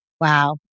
Wow